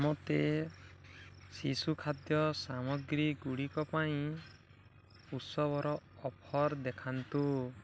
ମୋତେ ଶିଶୁ ଖାଦ୍ୟ ସାମଗ୍ରୀଗୁଡ଼ିକ ପାଇଁ ଉତ୍ସବର ଅଫର୍ ଦେଖାନ୍ତୁ